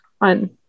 on